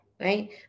right